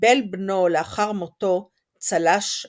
קיבל בנו לאחר מותו צל"ש אלוף.